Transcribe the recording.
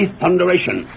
thunderation